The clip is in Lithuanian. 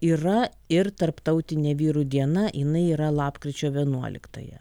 yra ir tarptautinė vyrų diena jinai yra lapkričio vienuoliktąją